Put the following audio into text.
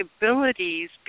abilities